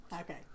Okay